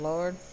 Lord